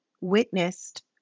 witnessed